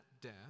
death